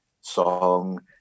song